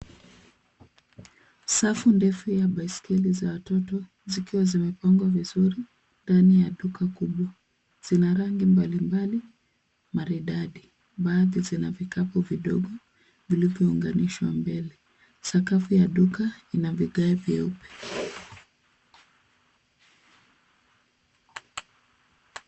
Safu ndefu ya baiskeli za watoto zikiwa zimepangwa vizuri ndani ya duka kubwa. Zina rangi mbalimbali maridadi. Baadhi zina vikapu vidogo vilivyounganishwa mbele. Sakafu ya duka ina vigae vyeupe.